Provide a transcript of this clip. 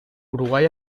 uruguay